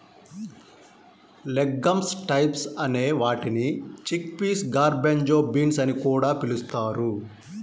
legumes types అనే వాటిని chickpeas, garbanzo beans అని కూడా పిలుస్తారు